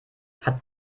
hat